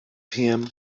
him